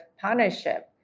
partnership